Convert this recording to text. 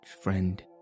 friend